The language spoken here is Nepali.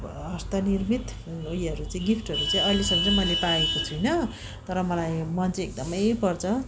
हस्तनिर्मित उयोहरू चाहिँ गिफ्टहरू चाहिँ अहिलेसम्म चाहिँ मैले पाएको छुइनँ तर मलाई मन चाहिँ एकदमै पर्छ